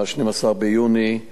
ב-12 ביוני,